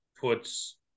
puts